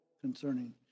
concerning